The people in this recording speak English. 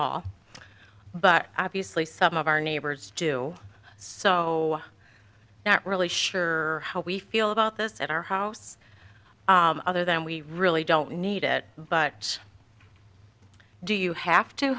all but obviously some of our neighbors do so not really sure how we feel about this at our house other than we really don't need it but do you have to